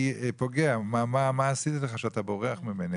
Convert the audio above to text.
פוגע כי מה עשיתי לך שאתה בורח ממני?